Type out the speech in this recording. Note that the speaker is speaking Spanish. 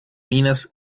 minas